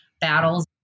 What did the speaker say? battles